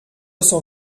cent